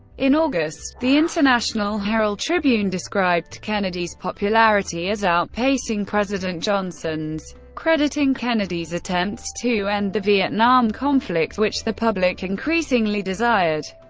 in august, the international herald tribune described kennedy's popularity as outpacing president johnson's, crediting kennedy's attempts to end the vietnam conflict which the public increasingly desired.